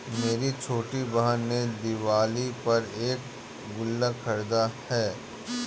मेरी छोटी बहन ने दिवाली पर एक गुल्लक खरीदा है